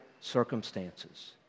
circumstances